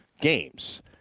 games